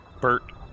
Bert